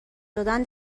دادن